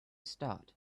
start